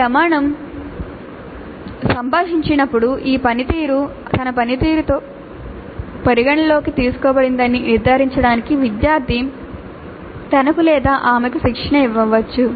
ఈ ప్రమాణం సంభాషించబడినప్పుడు ఈ పనితీరు తన పనితీరులో పరిగణనలోకి తీసుకోబడిందని నిర్ధారించడానికి విద్యార్థి తనకు లేదా ఆమెకు శిక్షణ ఇవ్వవచ్చు